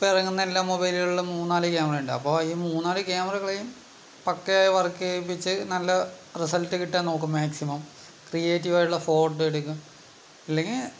ഇപ്പോൾ ഇറങ്ങുന്ന എല്ലാ മൊബൈലുകളിലും മൂന്നാലു ക്യാമറ ഉണ്ട് അപ്പോൾ ഈ മൂന്നാലു ക്യാമറകളെയും പക്കയായി വർക്ക് ചെയ്യിപ്പിച്ച് നല്ല റിസൾട്ട് കിട്ടാൻ നോക്കും മാക്സിമം ക്രീയേറ്റീവ് ആയിട്ടുള്ള ഫോട്ടോ എടുക്കാൻ ഇല്ലെങ്കിൽ